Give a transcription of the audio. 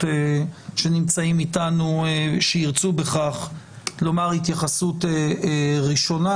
שנמצאים אתנו לומר התייחסות ראשונה,